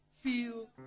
Feel